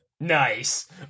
Nice